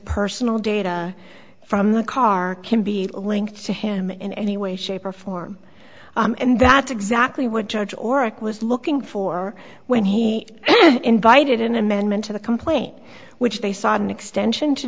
personal data from the car can be linked to him in any way shape or form and that's exactly what judge oric was looking for when he invited an amendment to the complaint which they sought an extension to